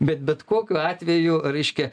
bet bet kokiu atveju reiškia